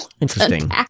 Interesting